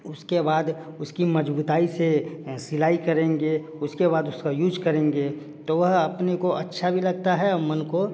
उस के बाद उस की मज़बूती से सिलाई करेंगे उस के बाद उस का यूज करेंगे तो वह अपने को अच्छा भी लगता है मन को